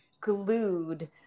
glued